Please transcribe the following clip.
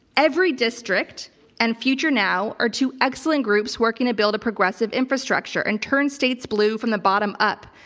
everydistrict and future now are two excellent groups working to build a progressive infrastructure and turn states blue from the bottom up.